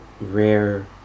rare